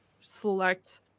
select